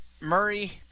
Murray